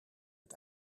het